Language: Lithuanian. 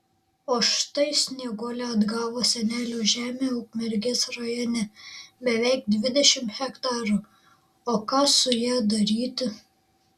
o štai snieguolė atgavo senelių žemę ukmergės rajone beveik dvidešimt hektarų o ką su ja daryti